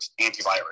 antivirus